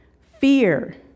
fear